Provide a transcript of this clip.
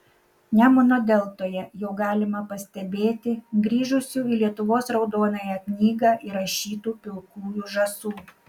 nemuno deltoje jau galima pastebėti grįžusių į lietuvos raudonąją knygą įrašytų pilkųjų žąsų